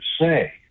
say